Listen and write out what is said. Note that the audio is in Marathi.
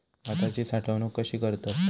भाताची साठवूनक कशी करतत?